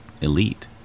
Elite